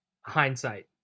hindsight